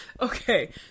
okay